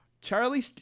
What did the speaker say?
Charlie